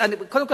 קודם כול,